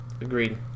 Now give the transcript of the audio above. Agreed